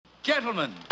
Gentlemen